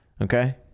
Okay